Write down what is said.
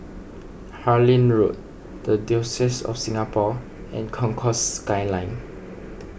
Harlyn Road the Diocese of Singapore and Concourse Skyline